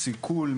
סיכול,